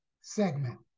segment